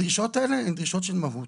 הדרישות האלה הן דרישות של מהות.